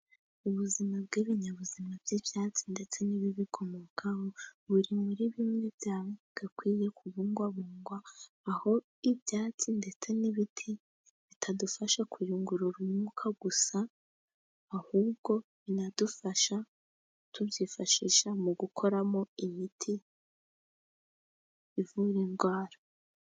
Ubuzima bw'ibinyabuzima by'ibyatsi ndetse n'ibibikomokaho buri muri bimwe byagakwiye kubungwabungwa. Aho ibyatsi ndetse n'ibiti bitadufasha kuyungurura umwuka gusa, ahubwo binadufasha tubyifashisha mu gukoramo imiti ivura indwara.